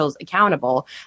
accountable